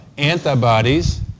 antibodies